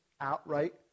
outright